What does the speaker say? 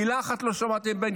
מילה אחת לא שמעתי מבן גביר.